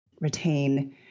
retain